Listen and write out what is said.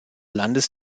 landes